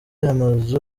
amazu